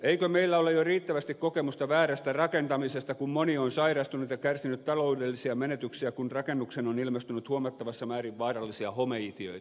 eikö meillä ole jo riittävästi kokemusta väärästä rakentamisesta kun moni on sairastunut ja kärsinyt taloudellisia menetyksiä kun rakennukseen on ilmestynyt huomattavassa määrin vaarallisia homeitiöitä